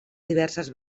diverses